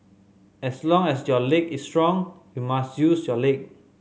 as long as your leg is strong you must use your leg